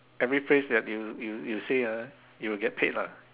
every phrase that you you you say ah you'll get paid lah